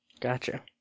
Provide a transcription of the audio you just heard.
Gotcha